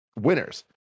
winners